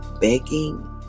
begging